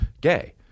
gay